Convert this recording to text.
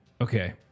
okay